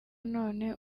none